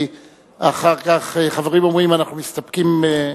כי אחר כך חברים אומרים: אנחנו מסתפקים,